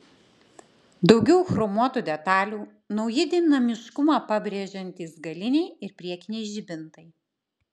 daugiau chromuotų detalių nauji dinamiškumą pabrėžiantys galiniai ir priekiniai žibintai